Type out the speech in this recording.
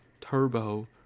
Turbo